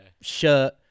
shirt